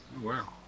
Wow